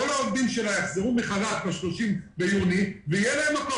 כל העובדים שלה יחזרו מחל"ת ב-30 ביוני ויהיה להם מקור